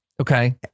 Okay